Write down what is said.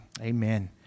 amen